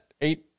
eight